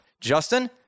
Justin